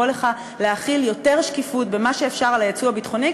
לך להחיל יותר שקיפות במה שאפשר על היצוא הביטחוני,